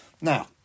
Now